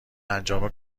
انجام